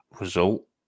result